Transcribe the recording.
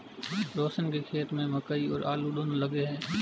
रोशन के खेत में मकई और आलू दोनो लगे हैं